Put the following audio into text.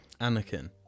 Anakin